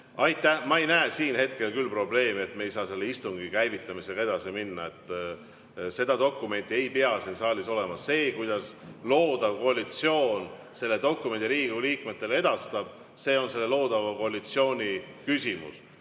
Ma ei näe siin küll hetkel probleemi, et me ei saaks selle istungi käivitamisega edasi minna. See dokument ei pea siin saalis olema. See, kuidas loodav koalitsioon selle dokumendi Riigikogu liikmetele edastab, on selle loodava koalitsiooni küsimus.